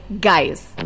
guys